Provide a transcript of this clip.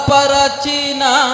Parachina